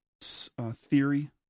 theory